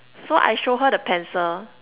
so I show her the pencil